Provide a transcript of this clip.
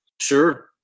Sure